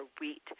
wheat